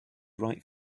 right